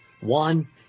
One